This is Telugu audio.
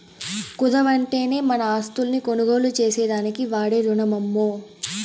కుదవంటేనే మన ఆస్తుల్ని కొనుగోలు చేసేదానికి వాడే రునమమ్మో